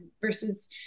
versus